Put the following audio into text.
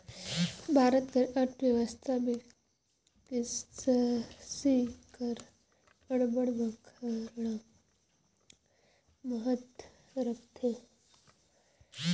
भारत कर अर्थबेवस्था में किरसी हर अब्बड़ बड़खा महत राखथे